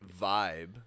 vibe